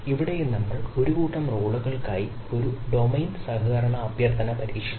ഇവിടെയും നമ്മൾ ഒരു കൂട്ടം റോളുകളുമായി ഒരു ഡൊമെയ്ൻ സഹകരണ അഭ്യർത്ഥന പരീക്ഷിച്ചു